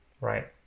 right